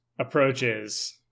approaches